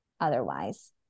otherwise